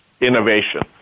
innovation